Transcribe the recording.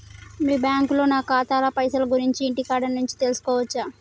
మీ బ్యాంకులో నా ఖాతాల పైసల గురించి ఇంటికాడ నుంచే తెలుసుకోవచ్చా?